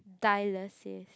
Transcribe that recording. dialysis